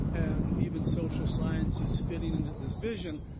and even social sciences, fitting into this vision.